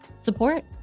support